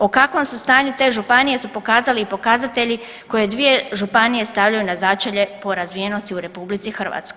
U kakvom su stanju te županije su pokazali i pokazatelji koje dvije županije stavljaju na začelje po razvijenosti u RH.